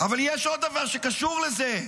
אבל יש עוד דבר שקשור לזה: